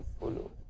follow